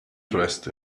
dressed